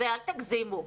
אל תגזימו.